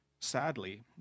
Sadly